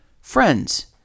friends